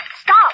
Stop